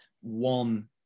one